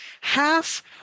Half